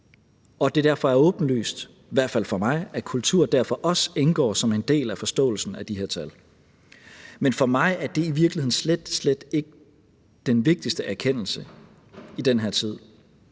og at det derfor er åbenlyst – i hvert fald for mig – at kultur også indgår som en del af forståelsen af de her tal. Men for mig er det i virkeligheden slet, slet ikke den vigtigste erkendelse i den her tid.